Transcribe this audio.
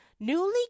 newly